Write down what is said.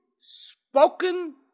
spoken